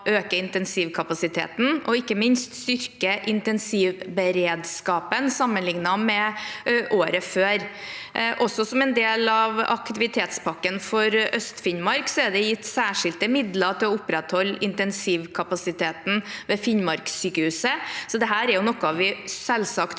øke intensivkapasiteten og ikke minst styrke intensivberedskapen sammenlignet med året før. Også som en del av aktivitetspakken for Øst-Finnmark er det gitt særskilte midler til å opprettholde intensivkapasiteten ved Finn markssykehuset. Dette er selvsagt